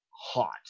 hot